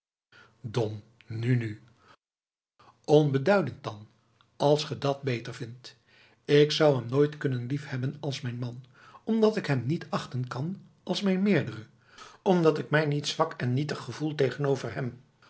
dom nu nu onbeduidend dan als ge dat beter vindt ik zou hem nooit kunnen liefhebben als mijn man omdat ik hem niet achten kan als mijn meerdere omdat ik mij niet zwak en nietig gevoel tegenover hem